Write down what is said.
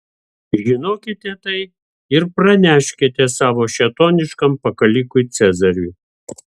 žinokite tai ir praneškite savo šėtoniškam pakalikui cezariui